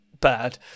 bad